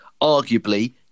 arguably